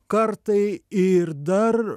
kartai ir dar